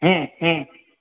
હમ હમ